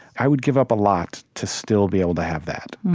i would give up a lot to still be able to have that.